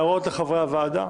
הערות לחברי הוועדה?